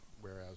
whereas